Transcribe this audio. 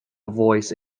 voice